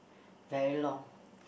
very long